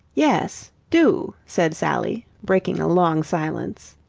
yes, do, said sally, breaking a long silence.